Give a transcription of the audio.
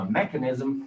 mechanism